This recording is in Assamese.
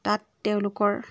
তাত তেওঁলোকৰ